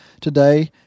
today